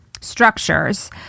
structures